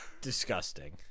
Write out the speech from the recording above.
Disgusting